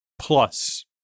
plus